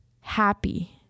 happy